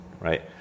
right